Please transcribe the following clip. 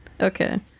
Okay